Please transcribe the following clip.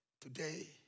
Today